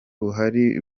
buhari